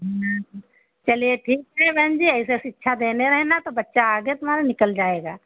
हाँ हाँ चलिए ठीक है बहन जी ऐसे शिक्षा देने रहना तो बच्चा आगे तुम्हारा निकल जाएगा